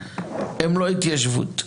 הם לא התיישבות,